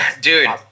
dude